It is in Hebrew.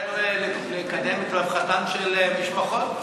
מאשר לקדם את רווחתן של משפחות.